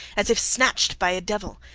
as if snatched by a devil.